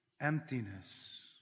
emptiness